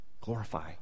Glorify